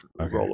Okay